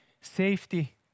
Safety